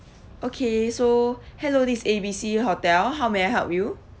okay so hello this is A B C hotel how may I help you